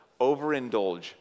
overindulge